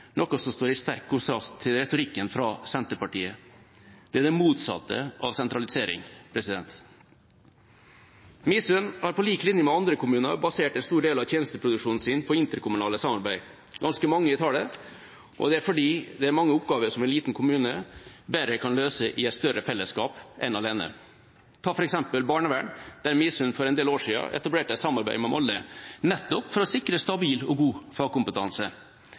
noe som står i sterk kontrast til retorikken fra Senterpartiet. Det er det motsatte av sentralisering. Midsund har på lik linje med andre kommuner basert en stor del av tjenesteproduksjonen sin på interkommunale samarbeid, ganske mange i tallet, og det er fordi det er mange oppgaver som en liten kommune bedre kan løse i et større felleskap enn alene. Ta f.eks. barnevern, der Midsund for en del år siden etablerte et samarbeid med Molde, nettopp for å sikre stabil og god fagkompetanse.